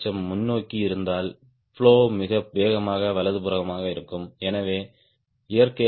அதிகபட்சம் முன்னோக்கி இருந்தால் பிளோ மிக வேகமாக வலதுபுறமாக இருக்கும்